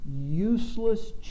useless